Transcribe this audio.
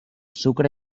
sucre